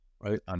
right